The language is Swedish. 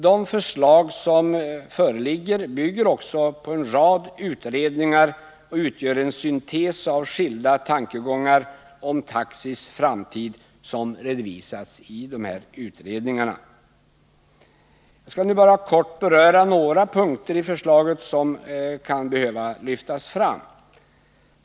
De förslag som föreligger bygger också på en rad utredningar och utgör en syntes av skilda tankegångar om taxis framtid som redovisats i dessa utredningar. Jag skall nu bara kort beröra några punkter i förslaget som kan behöva lyftas fram.